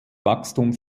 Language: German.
wachstum